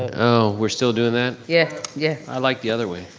oh, we're still doing that? yeah, yeah. i like the other way.